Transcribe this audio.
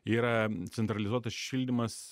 yra centralizuotas šildymas